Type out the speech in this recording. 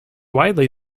widely